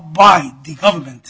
by the government